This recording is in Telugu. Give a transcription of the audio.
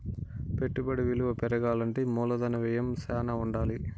పెట్టుబడి విలువ పెరగాలంటే మూలధన వ్యయం శ్యానా ఉండాలి